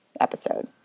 episode